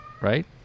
Right